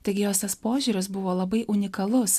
taigi jos tas požiūris buvo labai unikalus